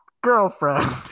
girlfriend